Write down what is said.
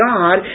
God